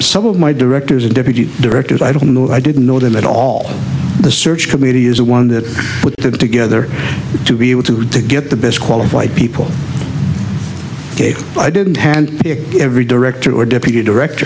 some of my directors a deputy director of i don't know i didn't know them at all the search committee is the one that put them together to be able to to get the best qualified people but i didn't hand every director or deputy direct